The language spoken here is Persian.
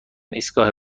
ایستگاه